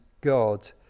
God